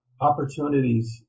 opportunities